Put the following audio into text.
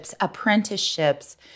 apprenticeships